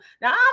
now